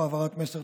יודע שהחיים נעצרים.